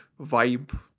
vibe